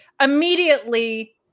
immediately